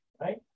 right